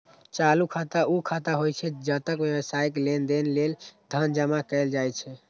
चालू खाता ऊ खाता होइ छै, जतय व्यावसायिक लेनदेन लेल धन जमा कैल जाइ छै